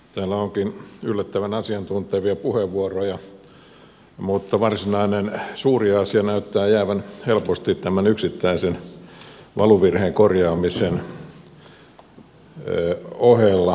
täällä onkin yllättävän asiantuntevia puheenvuoroja mutta varsinainen suuri asia näyttää jäävän helposti tämän yksittäisen valuvirheen korjaamisen ohella huomioimatta